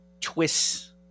twists